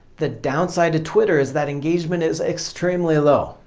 the downside to twitter is that engagement is extremely low.